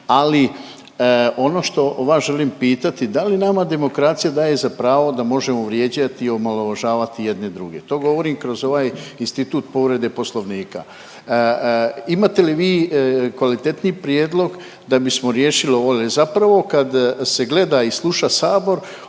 ali ono što vas želim pitati, da li nama demokracija daje za pravo da možemo vrijeđati i omalovažavati jedni druge? To govorim kroz ovaj institut povrede Poslovnika? Imate li vi kvalitetniji prijedlog da bismo riješili ovo jer zapravo kad se gleda i sluša Sabor,